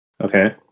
Okay